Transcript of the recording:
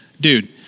dude